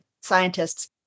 scientists